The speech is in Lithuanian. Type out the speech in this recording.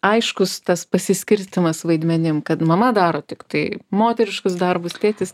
aiškus tas pasiskirstymas vaidmenimi kad mama daro tiktai moteriškus darbus tėtis